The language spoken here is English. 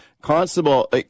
Constable